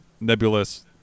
nebulous